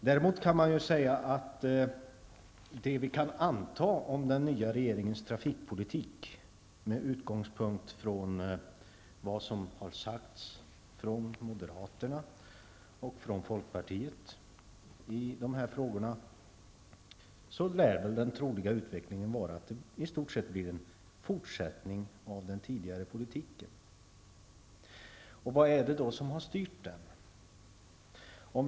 Däremot kan sägas att av det vi kan anta om den nya regeringens trafikpolitik med utgångspunkt från vad som har sagts från moderaterna och från folkpartiet i dessa frågor, lär den troliga utvecklingen i stort sett bli en fortsättning på den tidigare politiken. Vad är det då som har styrt den politiken?